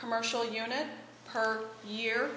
commercial unit per year